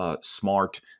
Smart